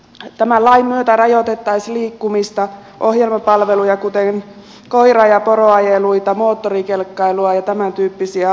tämän lain myötä rajoitettaisiin liikkumista ohjelmapalveluja kuten koira ja poroajeluita moottorikelkkailua ja tämän tyyppisiä asioita